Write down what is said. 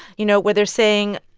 you know, where they're saying,